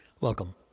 Welcome